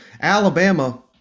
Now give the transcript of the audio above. alabama